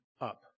up